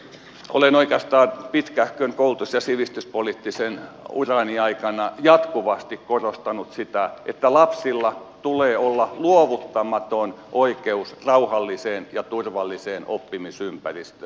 olen oikeastaan pitkähkön koulutus ja sivistyspoliittisen urani aikana jatkuvasti korostanut sitä että lapsilla tulee olla luovuttamaton oikeus rauhalliseen ja turvalliseen oppimisympäristöön